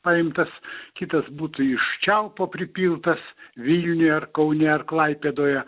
paimtas kitas būtų iš čiaupo pripiltas vilniuje ar kaune ar klaipėdoje